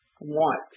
want